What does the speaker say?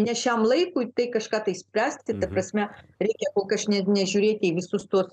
ne šiam laikui tai kažką tai spręsti ta prasme reikia nežiūrėti į visus tuos